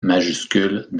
majuscules